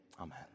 amen